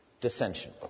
dissension